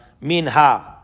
Minha